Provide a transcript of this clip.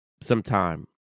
sometime